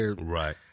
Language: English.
Right